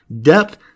depth